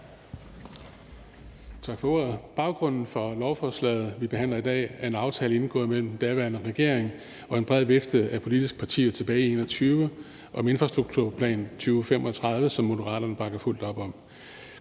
Tak for ordet, formand. Baggrunden for lovforslaget, som vi behandler i dag, er en aftale indgået mellem den daværende regering og en bred vifte af politiske partier tilbage i 2021 om Infrastrukturplan 2035, som Moderaterne bakker fuldt op om.